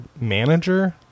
manager